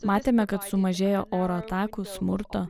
matėme kad sumažėjo oro atakų smurto